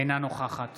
אינה נוכחת